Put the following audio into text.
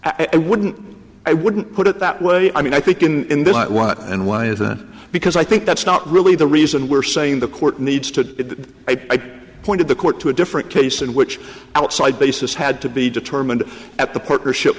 i wouldn't i wouldn't put it that way i mean i think in this what and why is that because i think that's not really the reason we're saying the court needs to i pointed the court to a different case in which outside bases had to be determined at the partnership